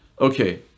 Okay